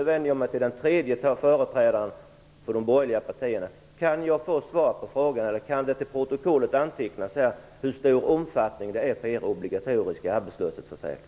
Jag vänder mig till den tredje företrädaren för de borgerliga partierna. Kan jag få svar på frågan, eller kan det till protokollet antecknas hur stor omfattning det är på er obligatoriska arbetslöshetsförsäkring?